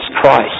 Christ